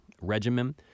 regimen